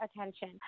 attention